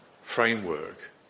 framework